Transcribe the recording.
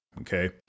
okay